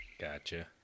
Gotcha